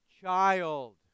child